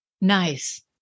Nice